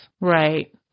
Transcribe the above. Right